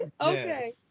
Okay